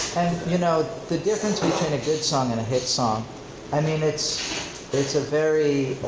you know the difference between a good song and a hit song i mean, it's it's a very